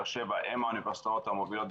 בבאר שבע הן האוניברסיטאות המובילות,